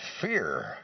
fear